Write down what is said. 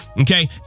okay